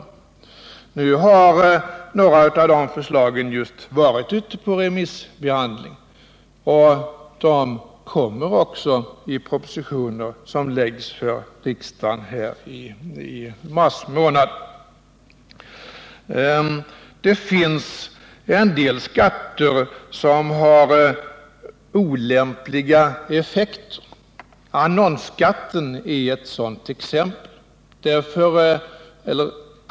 Nu har några av de förslagen just varit ute på remissbehandling, och de kommer också i propositioner som framläggs för riksdagen i mars månad. Det finns en del skatter som har olämpliga effekter.